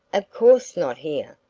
of course not here.